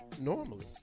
Normally